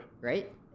Right